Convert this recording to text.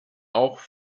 auch